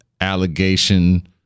allegation